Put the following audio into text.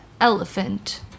elephant